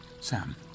Sam